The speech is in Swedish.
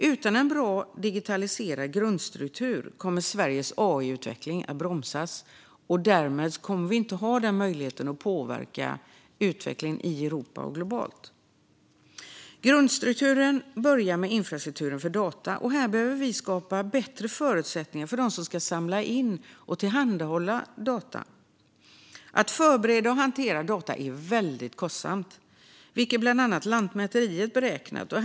Utan en bra digitaliserad grundstruktur kommer Sveriges AI-utveckling att bromsas, och då kommer vi inte att ha möjlighet att påverka utvecklingen i Europa och globalt. Grundstrukturen börjar med infrastrukturen för data, och här behöver vi skapa bättre förutsättningar för dem som ska samla in och tillhandahålla data. Att förbereda och hantera data är väldigt kostsamt, vilket bland annat Lantmäteriet har räknat på.